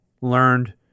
learned